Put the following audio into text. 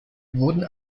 wurden